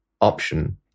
option